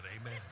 Amen